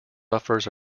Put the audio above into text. buffers